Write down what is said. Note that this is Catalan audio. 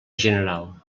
general